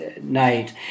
night